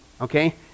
okay